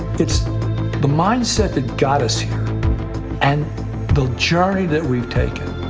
it's the mindset that got us here and the journey that we've taken.